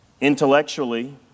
Intellectually